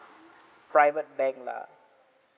private bank lah